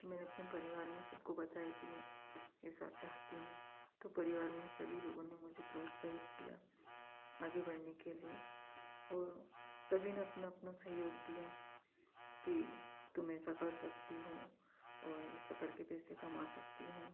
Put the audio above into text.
मैंने अपने परिवार में सबको बताया कि मैं ऐसा चाहती हूँ तो परिवार में सभी लोगों ने मुझे प्रोत्साहित किया आगे बढ़ने के लिए और सभी ने अपना अपना सहयोग दिया कि तुम ऐसा कर सकती हो और ऐसा करके पैसे कमा सकती हो